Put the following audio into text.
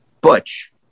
Butch